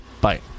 Bye